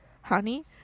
honey